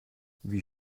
wie